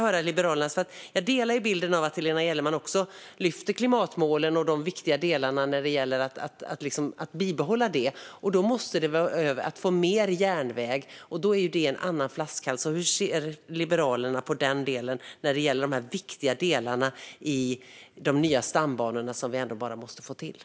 Jag delar den bild som Helena Gellerman lyfter gällande klimatmålen och de viktiga delar som handlar om att bibehålla och få mer järnväg. Då är det en annan flaskhals. Hur ser Liberalerna på de nya stambanor som vi ändå bara måste få till?